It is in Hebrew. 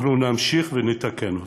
אנחנו נמשיך ונתקן אותו.